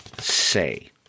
say